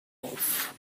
off